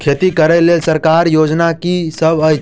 खेती करै लेल सरकारी योजना की सब अछि?